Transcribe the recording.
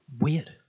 weird